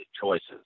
choices